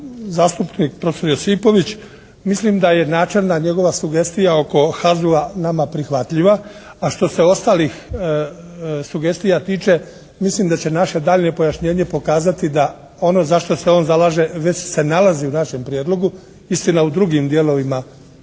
Zastupnik, profesor Josipović, mislim da je načelna njegova sugestija oko HAZU-a nama prihvatljiva. A što se ostalih sugestija tiče mislim da će naše daljnje pojašnjenje pokazati da ono za što se on zalaže već se nalazi u našem prijedlogu. Istina u drugim dijelovima, drugim